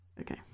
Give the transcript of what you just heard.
Okay